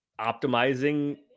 optimizing